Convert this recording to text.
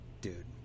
dude